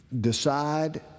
Decide